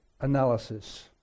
analysis